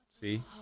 See